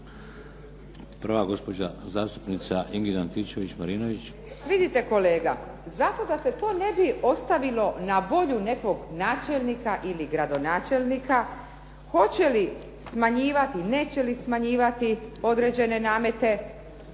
Prva gospođa zastupnica Ingrid Antičević-Marinović. **Antičević Marinović, Ingrid (SDP)** Vidite kolega, zato da se to ne bi ostavilo na volju nekog načelnika ili gradonačelnika, hoće li smanjivati, neće li smanjivati određene namete,